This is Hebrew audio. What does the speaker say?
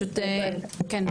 כן,